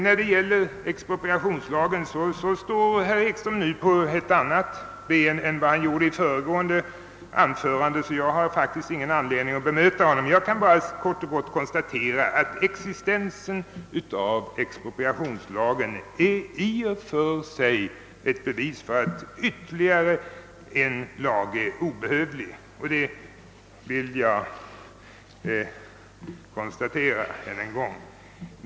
När det gäller expropriationslagen står herr Ekström nu på ett annat ben än han gjorde i föregående anförande, och jag har därför faktiskt ingen anledning att bemöta honom. Jag kan bara kort och gott konstatera, att existensen av expropriationslagen är i och för sig ett bevis för att det inte behövs ytterligare en lag.